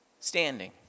standing